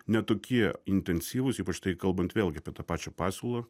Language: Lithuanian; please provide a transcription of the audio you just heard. ne tokie intensyvūs ypač kalbant vėlgi apie tą pačią pasiūlą